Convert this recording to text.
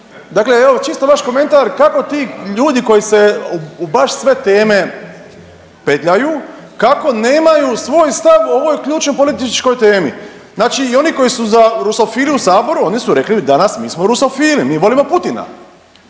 dakle evo čisto vaš komentar, kako ti ljudi koji se u baš sve teme petljaju, kako nemaju svoj stav o ovoj ključno političkoj temi, znači i oni koji su za rusofile u saboru, oni su rekli danas mi smo rusofili, mi volimo Putina,